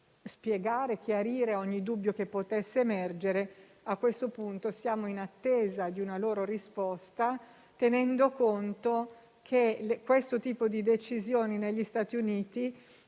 spiegare e chiarire ogni dubbio che potesse emergere. A questo punto siamo in attesa di una loro risposta, tenendo conto che questo tipo di decisioni negli Stati Uniti